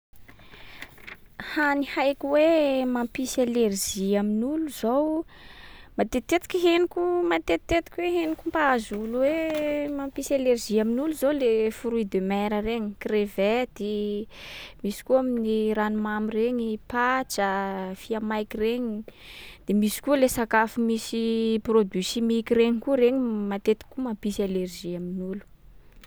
Hany haiko hoe mampisy alerzia amin’olo zao, matetetiky henoko- matetetiky hoe henoko mpahazo olo hoe mampisy alerzia amin’olo zao le fruits de mer regny: crevette. misy koa amin’ny ranomamy regny: patsa a, fia maiky regny. De misy koa le sakafo misy produit chimique regny koa, regny matetiky koa mampisy alerzia amin’olo.